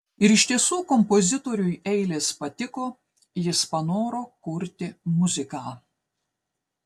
ir iš tiesų kompozitoriui eilės patiko jis panoro kurti muziką